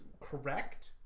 correct